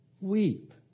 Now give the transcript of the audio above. Weep